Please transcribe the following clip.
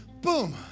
boom